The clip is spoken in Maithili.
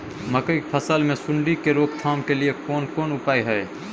मकई की फसल मे सुंडी के रोक थाम के लिये केना कोन उपाय हय?